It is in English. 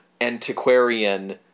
antiquarian